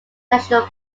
national